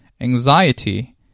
anxiety